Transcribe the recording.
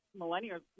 millennials